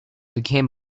became